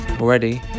already